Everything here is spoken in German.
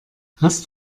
hast